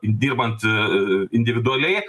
dirbant individualiai